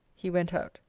he went out.